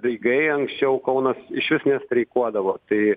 daigai anksčiau kaunas išvis streikuodavo tai